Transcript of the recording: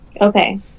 okay